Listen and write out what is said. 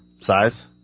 size